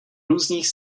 různých